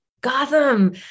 Gotham